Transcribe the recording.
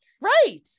Right